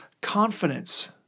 confidence